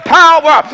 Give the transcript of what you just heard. power